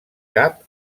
cap